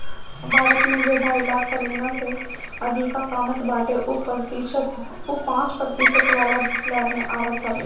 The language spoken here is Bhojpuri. भारत में जे ढाई लाख सलीना से अधिका कामत बाटे उ पांच प्रतिशत वाला स्लेब में आवत हवे